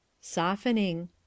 Softening